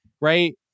Right